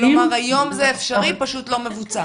כלומר, היום זה אפשרי פשוט לא מבוצע.